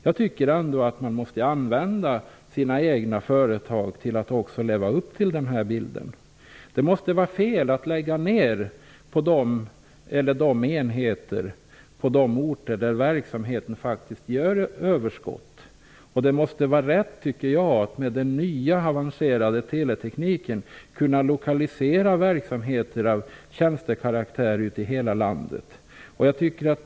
Jag tycker ändå att man måste använda sina egna företag för att leva upp till den bild man har givit av sin egen målsättning. Det måste vara fel att lägga ned enheterna på de orter där verksamheten faktiskt ger överskott. Med den nya, avancerade teletekniken måste det vara rätt att lokalisera verksamheter av tjänstekaraktär till orter över hela landet.